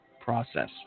process